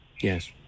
Yes